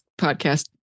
podcast